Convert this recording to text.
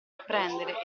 apprendere